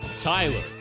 Tyler